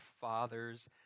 father's